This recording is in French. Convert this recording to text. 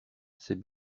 c’est